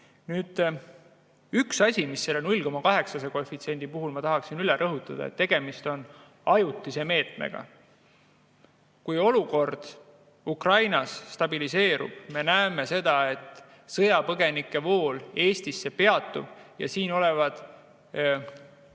Üks asi, mida ma selle koefitsiendi 0,8 puhul tahaksin üle rõhutada: tegemist on ajutise meetmega. Kui olukord Ukrainas stabiliseerub, me näeme, et sõjapõgenike vool Eestisse peatub ja siin olevad